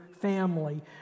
family